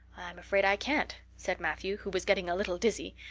i'm afraid i can't, said matthew, who was getting a little dizzy.